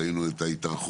ראינו את ההתארכות,